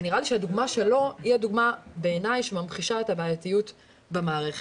ונראה לי שהדוגמה שלו ממחישה את הבעייתיות במערכת.